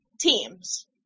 teams